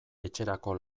etxerako